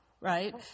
right